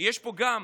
יש פה גם